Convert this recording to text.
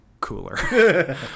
cooler